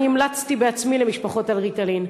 אני בעצמי המלצתי למשפחות על "ריטלין".